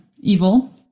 evil